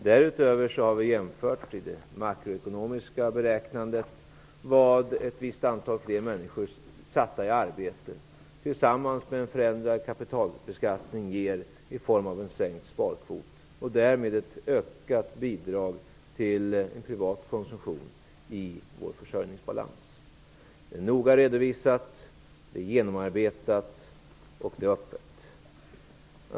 Därutöver har vi gjort jämförelser med det makroekonomiska beräknandet som visar vad ett visst antal människor satta i arbete tillsammans med en förändrad kapitalbeskattning ger i form av en sänkt sparkvot, vilket därmed skulle bidra till en ökad privat konsumtion i vår försörjningsbalans. Allt är noga redovisat, genomarbetat och helt öppet.